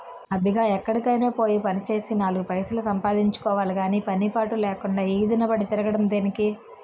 అబ్బిగా ఎక్కడికైనా పోయి పనిచేసి నాలుగు పైసలు సంపాదించుకోవాలి గాని పని పాటు లేకుండా ఈదిన పడి తిరగడం దేనికి?